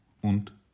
und